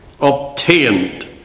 Obtained